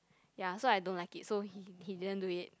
ya so I don't like it so he he didn't do it